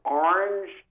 orange